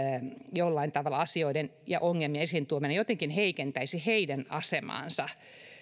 jollain tavalla vähemmistöjen asioiden ja ongelmien esiin tuominen jotenkin heikentäisi heidän asemaansa